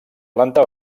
planta